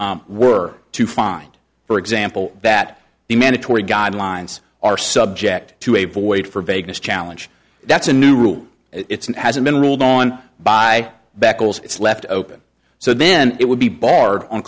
were to find for example that the mandatory guidelines are subject to a void for vagueness challenge that's a new rule it's and hasn't been ruled on by beccles it's left open so then it would be barred on